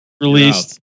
Released